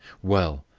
well,